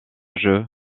jeu